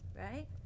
right